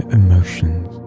emotions